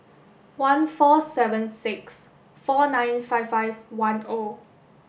one four seven six four nine five five one O